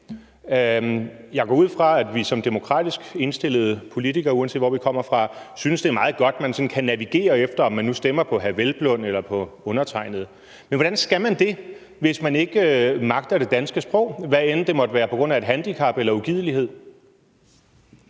Jeg går ud fra, at vi som demokratisk indstillede politikere, uanset hvor vi kommer fra, synes, det er meget godt, at man har noget at navigere efter, når nu man skal afgøre, om man stemmer på hr. Peder Hvelplund eller på undertegnede. Men hvordan skal man have det, hvis man ikke magter det danske sprog, hvad end det måtte være på grund af et handicap eller ugidelighed?